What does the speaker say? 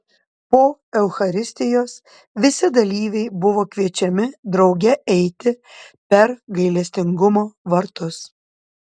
po eucharistijos visi dalyviai buvo kviečiami drauge eiti per gailestingumo vartus